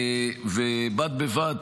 בד בבד,